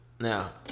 Now